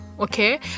okay